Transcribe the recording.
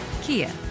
Kia